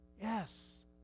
Yes